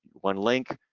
one link,